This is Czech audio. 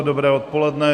Dobré odpoledne.